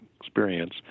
experience